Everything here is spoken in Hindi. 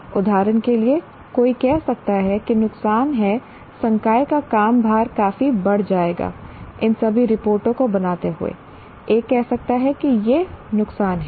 उदाहरण के लिए कोई कह सकता है कि नुकसान है संकाय का काम भार काफी बढ़ जाएगा इन सभी रिपोर्टों को बनाते हुए एक कह सकता है कि यह एक नुकसान है